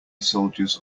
soldiers